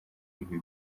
ibi